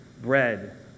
bread